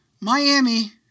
Miami